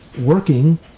working